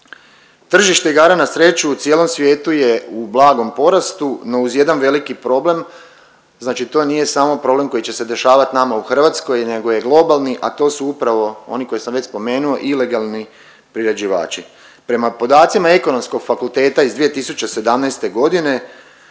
Tržište igara na sreću u cijelom svijetu je u blagom porastu no uz jedan veliki problem znači to nije samo problem koji će se dešavati nama u Hrvatskoj nego je globalni, a to su upravo oni koje sam već spomenuo ilegalni priređivači. Prema podacima Ekonomskog fakulteta iz 2017. godine